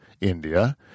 India